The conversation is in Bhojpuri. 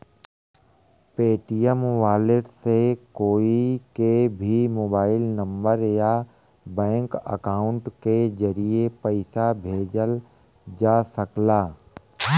पेटीएम वॉलेट से कोई के भी मोबाइल नंबर या बैंक अकाउंट के जरिए पइसा भेजल जा सकला